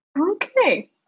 okay